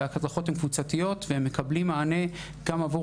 ההדרכות קבוצתיות והם מקבלים מענה גם עבור